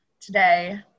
today